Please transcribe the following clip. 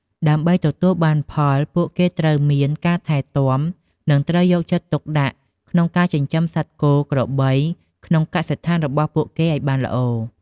ដើម្បីទទួលបានផល ពួកគេត្រូវមាន ការថែទាំ និងត្រូវយកចិត្តទុកដាក់ក្នុងការចិញ្ចឹមសត្វ គោ ក្របីក្នុងកសិដ្ឋានរបស់ពួកគេអោយបានល្អ។